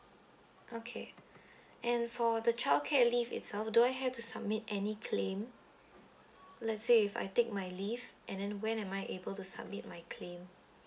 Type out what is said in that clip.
okay and for the childcare leave itself do I have to submit any claim let's say if I take my leave and then when am I able to submit my claim